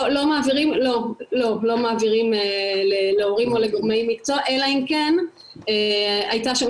לא מעבירים להורים או לגורמי מקצוע אלא אם כן הייתה שם